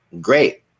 Great